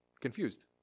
confused